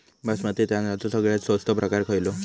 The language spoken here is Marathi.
बासमती तांदळाचो सगळ्यात स्वस्त प्रकार खयलो?